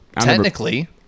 Technically